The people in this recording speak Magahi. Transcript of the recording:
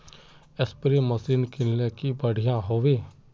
स्प्रे मशीन किनले की बढ़िया होबवे?